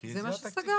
זה מה שנסגר.